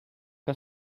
que